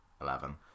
Eleven